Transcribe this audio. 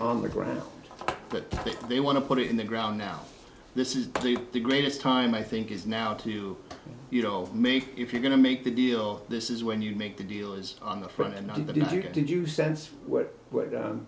on the ground but they want to put it in the ground now this is the greatest time i think is now to you know make if you're going to make the deal this is when you make the deal is on the front end even if you did you sense what